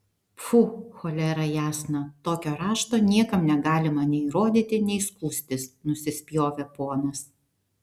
pfu cholera jasna tokio rašto niekam negalima nei rodyti nei skųstis nusispjovė ponas